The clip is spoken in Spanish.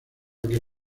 que